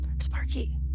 sparky